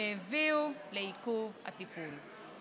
שהביאו לעיכוב בטיפול.